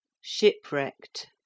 shipwrecked